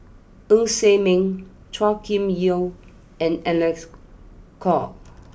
Ng Ser Miang Chua Kim Yeow and Alec Kuok